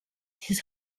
his